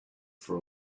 for